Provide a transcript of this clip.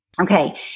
Okay